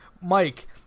Mike